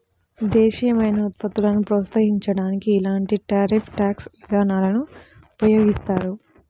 దేశీయమైన ఉత్పత్తులను ప్రోత్సహించడానికి ఇలాంటి టారిఫ్ ట్యాక్స్ విధానాలను ఉపయోగిస్తారు